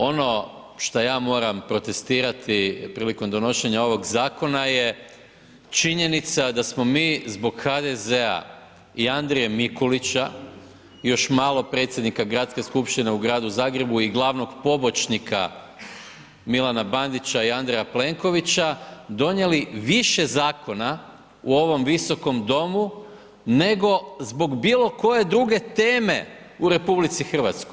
Ono što ja moram protestirati prilikom donošenja ovog zakona je činjenica da smo mi zbog HDZ-a i Andrije Mikulića, još malo predsjednika Gradske skupštine u Gradu Zagrebu i glavnom pomoćnika Milana Bandića i Andreja Plenkovića donijeli više zakona u ovom Visokom domu nego zbog bilo koje druge teme u RH.